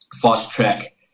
fast-track